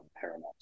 Paramount